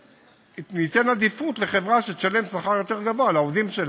ניתן עדיפות לחברה שתשלם שכר גבוה יותר לעובדים שלה.